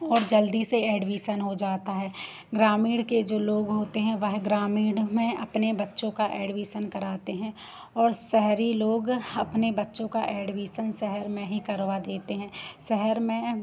और जल्दी से एडवीसन हो जाता है ग्रामीण के जो लोग होते हैं वे ग्रामीण में अपने बच्चों का एडवीसन कराते हैं और सशहेरी लोग अपने बच्चों का एडवीसन शहर में ही करवा देते हैं शहर में